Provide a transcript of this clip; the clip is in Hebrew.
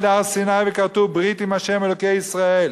הר-סיני וכרתו ברית עם ה' אלוקי ישראל.